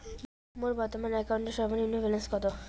মোর বর্তমান অ্যাকাউন্টের সর্বনিম্ন ব্যালেন্স কত?